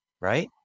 right